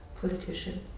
politician